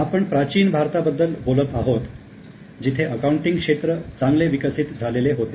आपण प्राचीन भारताबद्दल बोलत आहोत जेथे अकाउंटिंग क्षेत्र चांगले विकसित झालेले होते